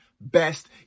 best